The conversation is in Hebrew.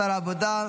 שר העבודה,